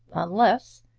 unless,